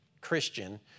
Christian